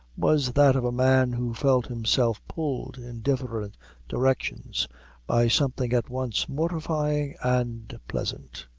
was that of a man who felt himself pulled in different directions by something at once mortifying and pleasant.